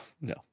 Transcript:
no